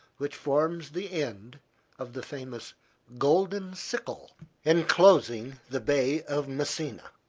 which forms the end of the famous golden sickle enclosing the bay of messina.